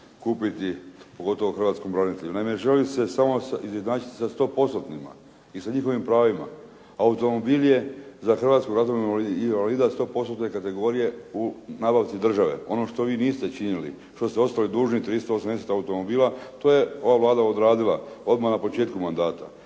kupiti, pogotovo hrvatskom branitelju. Naime, želim se samo izjednačiti sa stopostotnima i sa njihovim pravima. Automobil je za hrvatskog ratnog invalida stopostotne kategorije u nabavci države. Ono što vi niste činili, što ste ostali dužni 380 automobila. To je ova Vlada odradila odmah na početku mandata